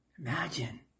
Imagine